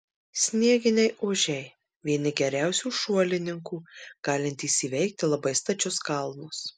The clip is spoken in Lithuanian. snieginiai ožiai vieni geriausių šuolininkų galintys įveikti labai stačius kalnus